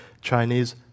Chinese